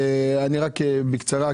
אני רק בקצרה,